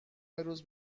روز